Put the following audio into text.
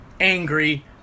angry